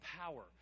power